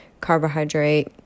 carbohydrate